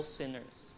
sinners